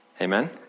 Amen